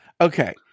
Okay